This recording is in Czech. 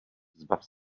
zbav